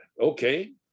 okay